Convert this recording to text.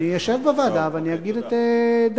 אני אשב בוועדה ואני אגיד את דעתי,